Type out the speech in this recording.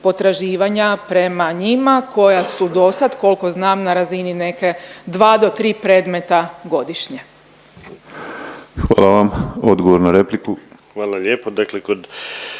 potraživanja prema njima koja su dosad, koliko znam na razini neke 2 do 3 predmeta godišnje. **Penava, Ivan (DP)** Hvala vam.